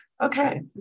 Okay